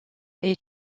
est